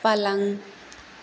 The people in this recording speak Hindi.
पलंग